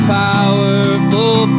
powerful